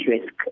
risk